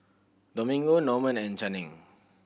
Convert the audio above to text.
Domingo Norman and Channing